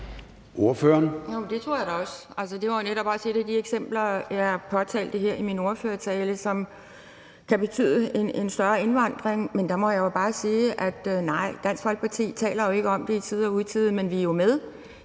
(DF): Jo, det tror jeg da også. Det var netop også et af de elementer, jeg her i min ordførertale påtalte kan betyde en større indvandring, men der må jeg bare sige: Nej, Dansk Folkeparti taler ikke om det i tide og utide, men vi er jo med